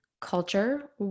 culture